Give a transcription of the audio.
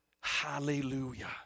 Hallelujah